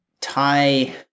tie